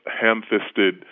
ham-fisted